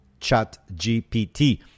ChatGPT